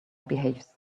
behaves